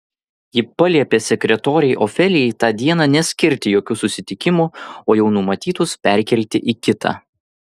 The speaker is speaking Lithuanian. ji paliepė sekretorei ofelijai tą dieną neskirti jokių susitikimų o jau numatytus perkelti į kitą